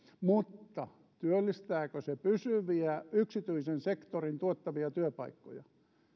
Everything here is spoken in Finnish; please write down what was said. mutta työllistääkö se pysyviä yksityisen sektorin tuottavia työpaikkoja